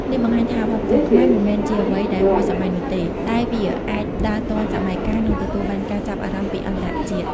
នេះបង្ហាញថាវប្បធម៌ខ្មែរមិនមែនជាអ្វីដែលហួសសម័យនោះទេ តែវាអាចដើរទាន់សម័យកាលនិងទទួលបានការចាប់អារម្មណ៍ពីអន្តរជាតិ។